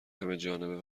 همهجانبه